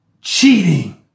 cheating